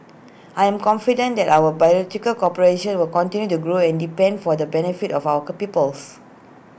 I'm confident that our cooperation will continue to grow and deepen for the benefit of our co peoples